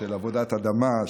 של עבודת אדמה,